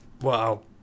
Wow